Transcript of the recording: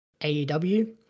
AEW